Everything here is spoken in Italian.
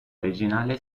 originale